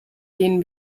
denen